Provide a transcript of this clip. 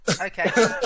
okay